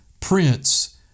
Prince